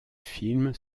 film